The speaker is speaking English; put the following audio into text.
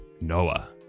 Noah